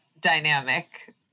dynamic